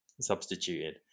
substituted